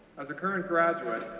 as a current graduate,